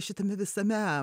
šitame visame